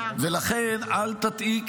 ולכן אל תַטעי,